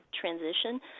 transition